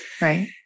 Right